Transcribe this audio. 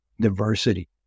diversity